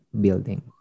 building